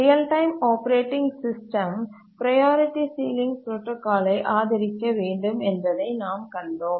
real time operating system priority ceiling புரோடாகாலை ஆதரிக்க வேண்டும் என்பதை நாம் கண்டோம்